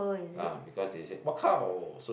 ah because they said so